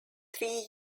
three